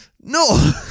no